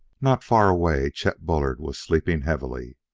not far away, chet bullard was sleeping heavily.